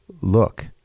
look